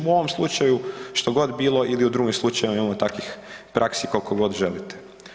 U ovom slučaju što god bilo ili u drugim slučajevima imamo takvih praksi koliko god želite.